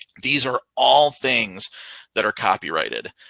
these are all things that are copyrighted.